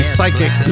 Psychic